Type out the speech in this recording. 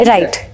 Right